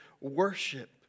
worship